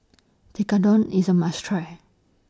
Tekkadon IS A must Try